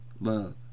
love